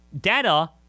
data